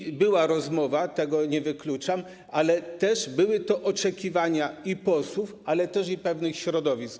I była rozmowa, tego nie wykluczam, ale też były to oczekiwania i posłów, i pewnych środowisk.